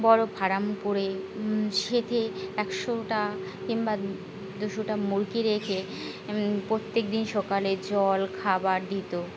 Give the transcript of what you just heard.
বড়ো ফার্ম করে সেখানে একশোটা কিংবা দুশোটা মুরগি রেখে প্রত্যেকদিন সকালে জল খাবার দিত